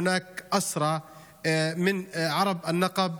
יש אסירים מערביי הנגב,